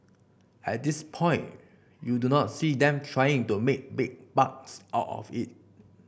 at this point you do not see them trying to make big bucks out of it